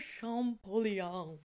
Champollion